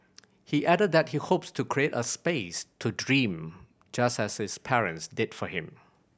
he added that he hopes to create a space to dream just as his parents did for him